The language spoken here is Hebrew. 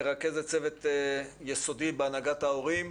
מרכזת צוות יסודי בהנהגת ההורים.